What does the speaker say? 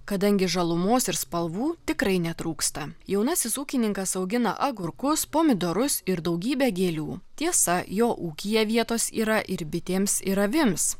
kadangi žalumos ir spalvų tikrai netrūksta jaunasis ūkininkas augina agurkus pomidorus ir daugybę gėlių tiesa jo ūkyje vietos yra ir bitėms ir avims